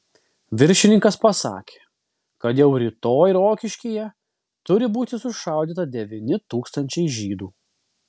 viršininkas pasakė kad jau rytoj rokiškyje turi būti sušaudyta devyni tūkstančiai žydų